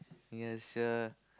yeah sia